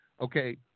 Okay